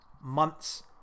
months